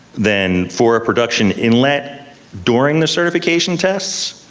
then, for a production inlet during the certification tests?